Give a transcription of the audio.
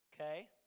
Okay